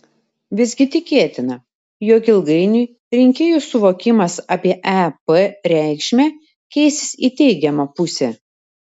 visgi tikėtina jog ilgainiui rinkėjų suvokimas apie ep reikšmę keisis į teigiamą pusę